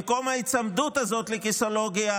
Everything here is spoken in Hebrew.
במקום ההיצמדות הזאת לכיסאולוגיה,